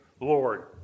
Lord